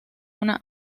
una